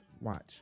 watch